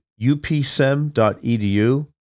upsem.edu